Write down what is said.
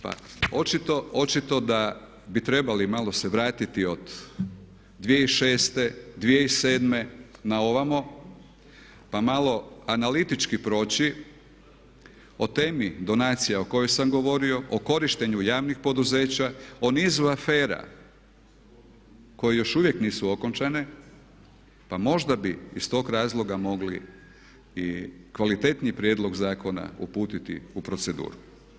Pa očito da bi trebali malo se vratiti od 2006., 2007. na ovamo pa malo analitički proći o temi donacija o kojoj sam govorio, o korištenju javnih poduzeća, o nizu afera koje još uvijek nisu okončane pa možda bi iz tog razloga mogli i kvalitetniji prijedlog zakona uputiti u proceduru.